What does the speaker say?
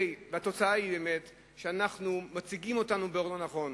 והתוצאה היא שמציגים אותנו באור לא נכון,